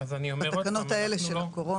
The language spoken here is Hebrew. בתקנות האלה של הקורונה.